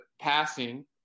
passing